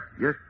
Yes